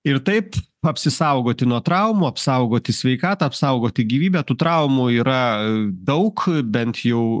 ir taip apsisaugoti nuo traumų apsaugoti sveikatą apsaugoti gyvybę tų traumų yra daug bent jau